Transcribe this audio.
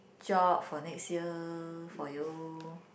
job for next year for you